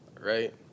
right